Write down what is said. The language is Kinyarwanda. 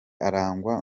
arangwa